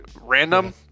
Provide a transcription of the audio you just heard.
random